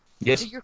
Yes